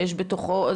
שיש בתוכו,